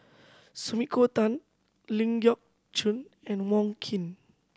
Sumiko Tan Ling Geok Choon and Wong Keen